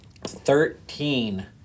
thirteen